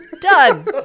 Done